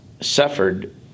suffered